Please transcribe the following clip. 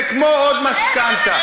זה כמו עוד משכנתה.